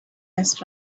less